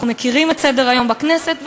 אנחנו מכירים את סדר-היום בכנסת,